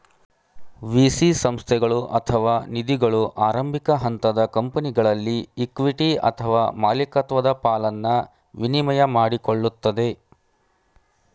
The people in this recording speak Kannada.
ವಿ.ಸಿ ಸಂಸ್ಥೆಗಳು ಅಥವಾ ನಿಧಿಗಳು ಆರಂಭಿಕ ಹಂತದ ಕಂಪನಿಗಳಲ್ಲಿ ಇಕ್ವಿಟಿ ಅಥವಾ ಮಾಲಿಕತ್ವದ ಪಾಲನ್ನ ವಿನಿಮಯ ಮಾಡಿಕೊಳ್ಳುತ್ತದೆ